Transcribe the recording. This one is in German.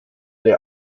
der